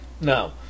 No